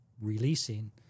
releasing